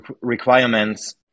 requirements